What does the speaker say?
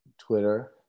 Twitter